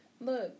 Look